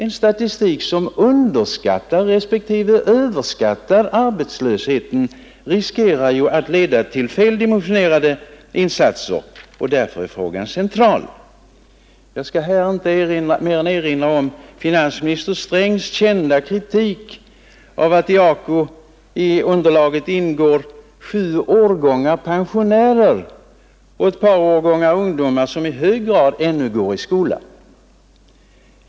En statistik som underskattar respektive överskattar arbetslösheten riskerar att leda till feldimensionerade insatser, och därför är frågan central. Jag skall här inte mer än erinra om finansminister Strängs kända kritik av att AKU i sitt underlag räknar in sju årgångar pensionärer och ett par årgångar ungdomar som i hög grad ännu går i skola.